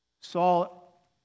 Saul